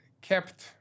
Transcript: kept